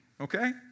okay